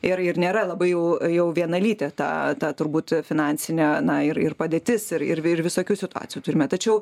ir ir nėra labai jau jau vienalytė ta ta turbūt finansinė na ir ir padėtis ir ir ir visokių situacijų turime tačiau